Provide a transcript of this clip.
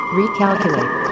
recalculate